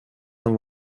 som